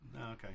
okay